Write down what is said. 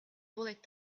bullet